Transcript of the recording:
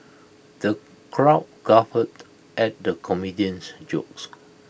the crowd guffawed at the comedian's jokes